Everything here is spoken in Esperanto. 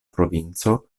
provinco